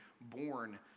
born